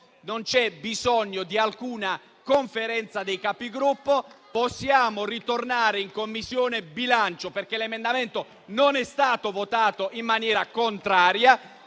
non c'è bisogno di alcuna Conferenza dei Capigruppo. Possiamo ritornare in Commissione bilancio - perché l'emendamento non è stato votato in maniera contraria